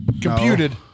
computed